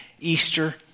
Easter